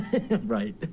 Right